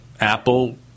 Apple